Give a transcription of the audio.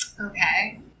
Okay